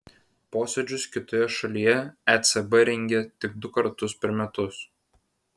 posėdžius kitoje šalyje ecb rengia tik du kartus per metus